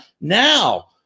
Now